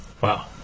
Wow